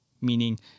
meaning